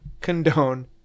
condone